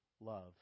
love